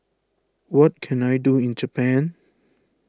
what can I do in Japan